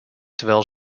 terwijl